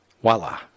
Voila